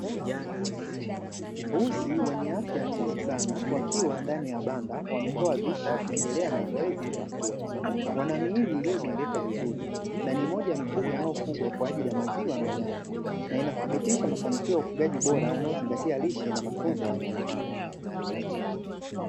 Mbuzi wenye afya nzuri sana wakiwa ndani ya banda wametoa vichwa wakiendelea na zoezi la kula, wana miili iliyojengeka vizuri na ni moja ya mifugo inayofugwa kwa ajili ya maziwa na nyama, na inathibitisha mafanikio ya ufugaji bora unaozingatia lishe na matunzo ya wanyama hao.